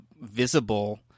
visible